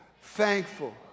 Thankful